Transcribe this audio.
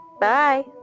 Bye